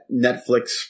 Netflix